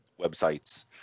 websites